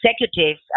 executives